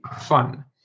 fun